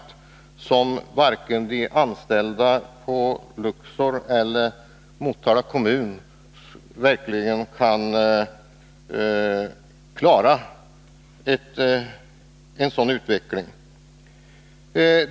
Det är inte säkert att vare sig de anställda på Luxor eller Motala kommun verkligen kan klara av en sådan utveckling.